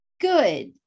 good